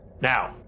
Now